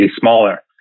smaller